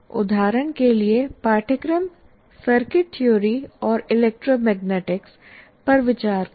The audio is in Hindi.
उदाहरण के लिए पाठ्यक्रम सर्किट थ्योरी और इलेक्ट्रोमैग्नेटिक्स पर विचार करें